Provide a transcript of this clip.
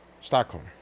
Stockholm